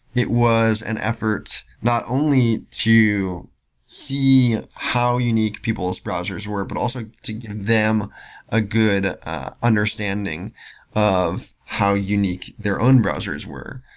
it was an effort not only to see how unique people's browsers were, but also to give them a good understanding of how unique their own browsers were.